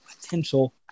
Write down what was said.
potential